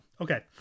Okay